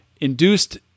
induced